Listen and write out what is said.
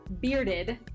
Bearded